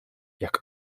jak